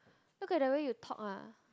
look at the way you talk lah